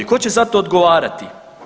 Tko će za to odgovarati?